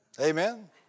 amen